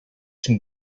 some